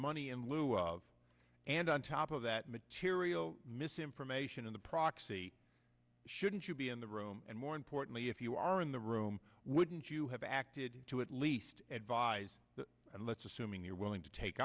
money in lieu of and on top of that material misinformation in the proxy shouldn't you be in the room and more importantly if you are in the room wouldn't you have acted to at least advise and let's assuming you're willing to take